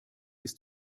bis